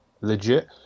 legit